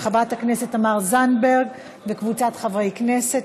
של חברת הכנסת תמר זנדברג וקבוצת חברי הכנסת.